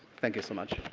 thank you so much.